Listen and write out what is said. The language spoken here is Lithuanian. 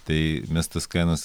tai mes tas kainas